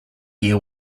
gear